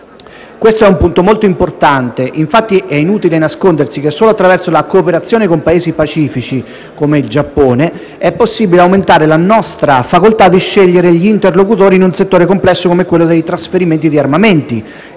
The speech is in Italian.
Questo è un punto molto importante. Infatti, è inutile nascondersi che solo attraverso la cooperazione con Paesi pacifici come il Giappone è possibile aumentare la nostra facoltà di scegliere gli interlocutori in un settore complesso come quello dei trasferimenti di armamenti